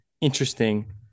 interesting